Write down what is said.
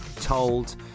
told